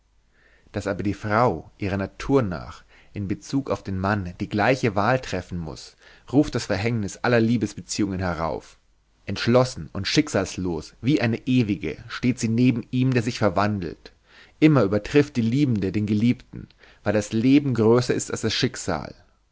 daß aber die frau ihrer natur nach in bezug auf den mann die gleiche wahl treffen muß ruft das verhängnis aller liebesbeziehungen herauf entschlossen und schicksalslos wie eine ewige steht sie neben ihm der sich verwandelt immer übertrifft die liebende den geliebten weil das leben größer ist als das schicksal